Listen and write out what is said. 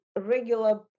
regular